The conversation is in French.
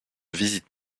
visite